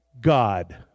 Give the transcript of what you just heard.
God